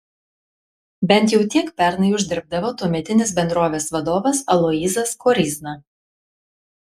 bent jau tiek pernai uždirbdavo tuometinis bendrovės vadovas aloyzas koryzna